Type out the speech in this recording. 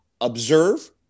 observe